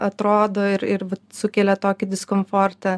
atrodo ir ir sukelia tokį diskomfortą